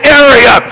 area